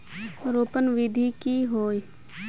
रोपण विधि की होय?